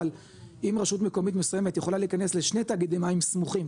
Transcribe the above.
אבל אם רשות מקומית מסוימת יכולה להיכנס לשני תאגידי מים סמוכים,